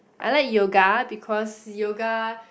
I like yoga because yoga